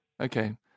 Okay